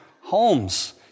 homes